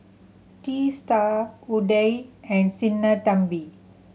Teesta Udai and Sinnathamby